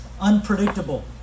unpredictable